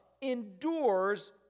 endures